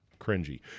cringy